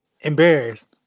embarrassed